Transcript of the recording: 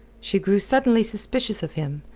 she grew suddenly suspicious of him,